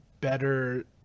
better